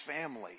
family